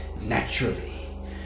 Naturally